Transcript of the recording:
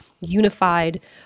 unified